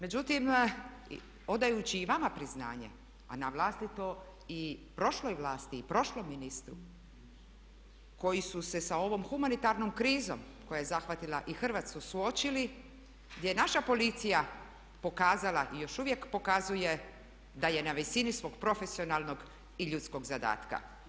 Međutim, odajući i vama priznanje, a na vlastito i prošloj vlasti i prošlom ministru koji su se sa ovom humanitarnom krizom koja je zahvatila i Hrvatsku suočili, gdje je naša policija pokazala i još uvijek pokazuje da je na visini svog profesionalnog i ljudskog zadatka.